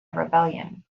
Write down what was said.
rebellion